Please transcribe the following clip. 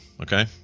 okay